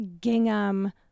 gingham